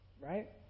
Right